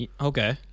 Okay